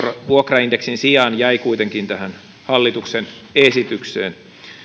vuokraindeksin sijaan jäi kuitenkin tähän hallituksen esitykseen